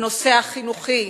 הנושא החינוכי,